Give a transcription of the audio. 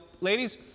Ladies